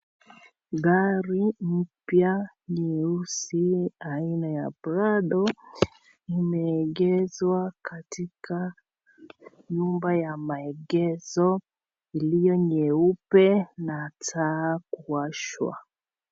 Gari mpya, nyeusi aina ya Prado, imeegeswa katika nyumba ya maegeso, iliyo nyeupe na taa kuwashwa.